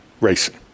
racing